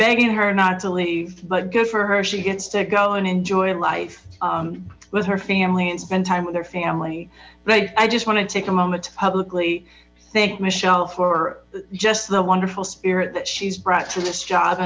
begging her not to leave but good for her as she gets to go and enjoy life with her family and spend time with her family i just want to take a moment to publicly thank michelle for just the wonderful spirit that she's brought to this job